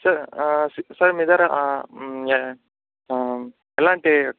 sir sir మీ దగ్గర ఎలాంటి